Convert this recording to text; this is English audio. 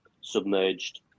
submerged